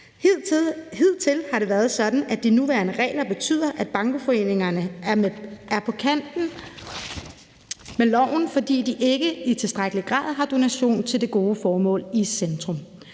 Hidtil har det været sådan, at de nuværende regler betyder, at bankoforeningerne er på kant med loven, fordi de ikke i tilstrækkelig grad har donation til det gode formål i centrum.